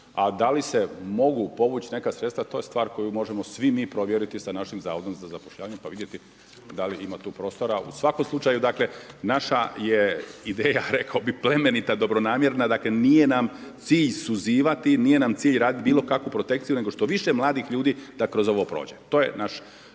A da li se mogu povući neka sredstva to je stvar koju možemo svi mi provjeriti sa našim Zavodom za zapošljavanje pa vidjeti da li ima tu prostora. U svakom slučaju dakle, naša je ideja rekao bih plemenita, dobronamjerna, dakle nije nam cilj suzivati, nije nam cilj raditi bilo kakvu protekciju nego što više mladih ljudi da kroz ovo prođe. To je naš